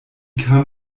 kam